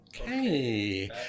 Okay